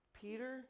Peter